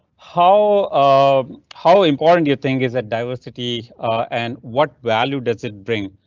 how um how important you think is that diversity and what value does it bring?